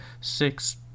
six